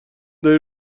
داری